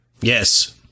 Yes